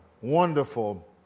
wonderful